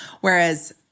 whereas